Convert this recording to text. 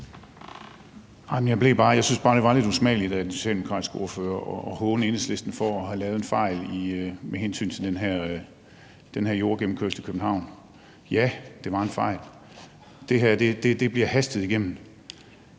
Jeg synes bare, det var lidt usmageligt af den socialdemokratiske ordfører at håne Enhedslisten for at have lavet en fejl med hensyn til den her jordgennemkørsel i København. Ja, det var en fejl. Det her bliver hastet igennem.